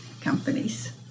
companies